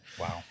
Wow